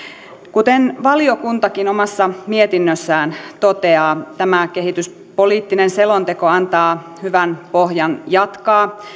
kuten valiokuntakin omassa mietinnössään toteaa tämä kehityspoliittinen selonteko antaa hyvän pohjan jatkaa